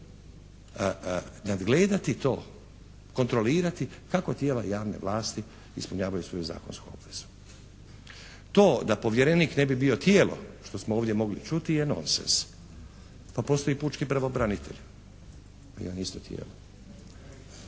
nadgledati to, kontrolirati kako tijela javne vlasti ispunjavaju svoju zakonsku obvezu. To da povjerenik ne bi bio tijelo što smo ovdje mogli čuti je nonsens. Pa postoji pučki pravobranitelj. I on je isto tijelo.